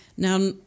Now